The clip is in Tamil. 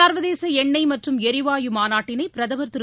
சர்வதேச எண்ணெய் மற்றும் எரிவாயு மாநாட்டினை பிரதமர் திரு